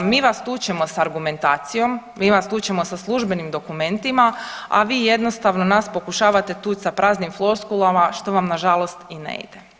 Mi vas tučemo sa argumentacijom, mi vas tučemo sa službenim dokumentima, a vi jednostavno nas pokušavate tuči sa praznim floskulama što vam na žalost i ne ide.